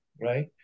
right